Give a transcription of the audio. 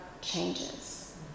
changes